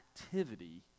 activity